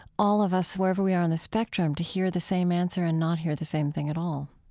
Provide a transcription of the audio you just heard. all of us, whoever we are in the spectrum, to hear the same answer and not hear the same thing at all